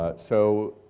ah so